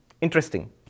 interesting